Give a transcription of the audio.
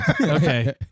Okay